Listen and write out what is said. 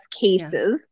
cases